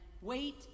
wait